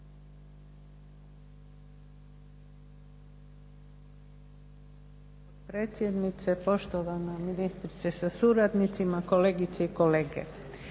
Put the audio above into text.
potpredsjednice, poštovana ministrice sa suradnicima, kolegice i kolege.